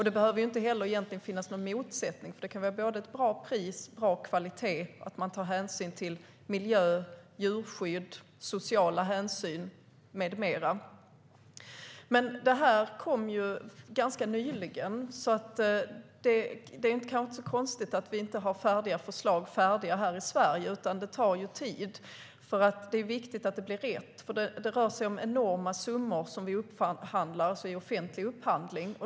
Det behöver egentligen inte heller finnas någon motsättning. Det kan vara både bra pris och bra kvalitet, med hänsyn till miljö, djurskydd, sociala frågor med mera. Det här kom ganska nyligen. Det är kanske inte så konstigt att vi inte har färdiga förslag här i Sverige; det tar tid. Det är viktigt att det blir rätt. Det rör sig om enorma summor som vi upphandlar för inom offentlig upphandling.